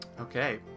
Okay